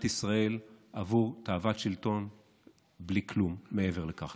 ישראל עבור תאוות שלטון בלי כלום מעבר לכך.